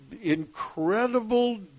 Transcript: incredible